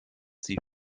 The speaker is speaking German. sie